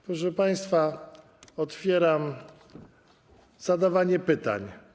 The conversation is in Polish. Proszę państwa, otwieram zadawanie pytań.